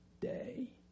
day